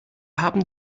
haben